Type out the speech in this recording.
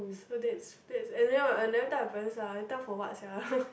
so that's that's and then what I never tell my parents ah I tell for what sia